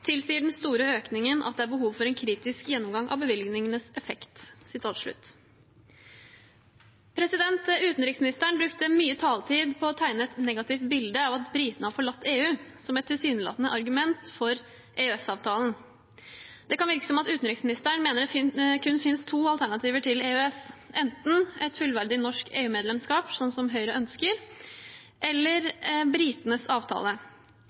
tilsier den store økningen at det er behov for en kritisk gjennomgang av bevilgningenes effekt.» Utenriksministeren brukte mye taletid på å tegne et negativt bilde av at britene har forlatt EU – som et tilsynelatende argument for EØS-avtalen. Det kan virke som om utenriksministeren mener det kun finnes to alternativer til EØS – enten et fullverdig norsk EU-medlemskap, sånn som Høyre ønsker, eller britenes avtale.